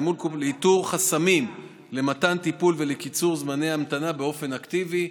לאיתור חסמים במתן טיפול ולקיצור זמני ההמתנה באופן אקטיבי,